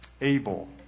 Abel